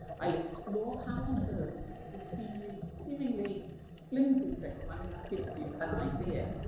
i'll explore how on earth this seemingly seemingly flimsy film, i mean that gives you an idea,